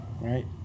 right